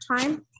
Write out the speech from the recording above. time